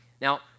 Now